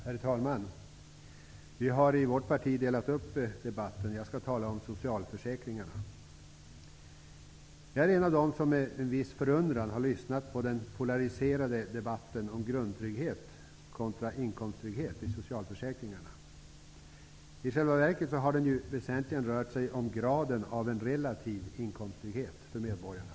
Herr talman! Vi har i vårt parti delat upp debatten. Jag skall tala om socialförsäkringarna. Jag är en av dem som med en viss förundran har lyssnat på den polariserade debatten om grundtrygghet kontra inkomsttrygghet i socialförsäkringarna. I själva verket har den ju väsentligen rört sig om graden av en relativ inkomsttrygghet för medborgarna.